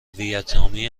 ویتنامی